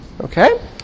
Okay